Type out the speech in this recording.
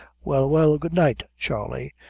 well, well, good night, charley!